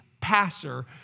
passer